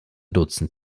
dutzend